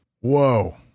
Whoa